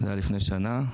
זה היה לפני שנה,